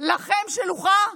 לכם שלוחה,